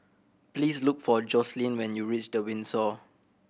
please look for Joslyn when you reach The Windsor